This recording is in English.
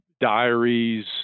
diaries